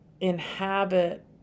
inhabit